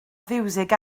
fiwsig